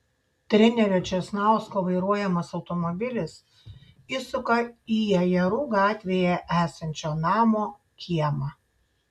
trenerio česnausko vairuojamas automobilis įsuka į ajerų gatvėje esančio namo kiemą